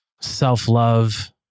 self-love